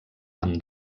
amb